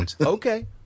Okay